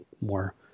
more